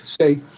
say